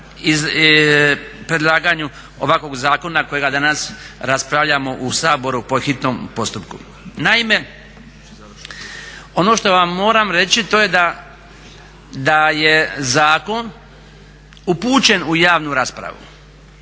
predlaganju ovakvog zakona kojega danas raspravljamo u Saboru po hitnom postupku. Naime, ono što vam moram reći to je da je zakon upućen u javnu raspravu.